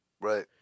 Right